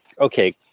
okay